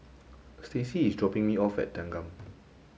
Stacie is dropping me off at Thanggam